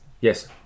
Yes